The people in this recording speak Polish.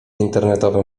internetowym